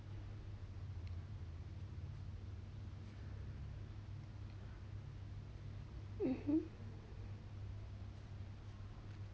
mmhmm